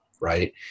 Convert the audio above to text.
right